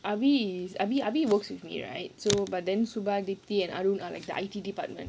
ah bee is ah bee ah bee works with me right so but then suba beatty and ah ruin are like the I_T department